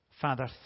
Father